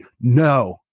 No